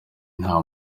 nta